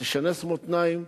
תשנס מותניים,